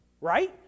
right